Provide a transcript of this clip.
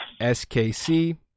SKC